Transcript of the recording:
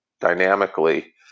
dynamically